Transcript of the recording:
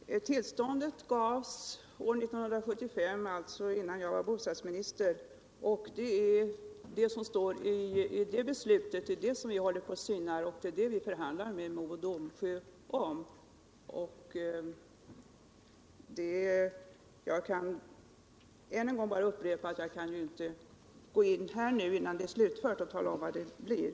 Herr talman! Tillståndet gavs år 1975, alltså innan jag var bostadsminister, och det är vad som står i det beslutet som vi håller på att syna och som vi förhandlar med Mo och Domsjö om. Innan det är slutfört kan jag som sagt inte gå in och tala om vad det blir.